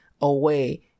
away